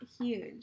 huge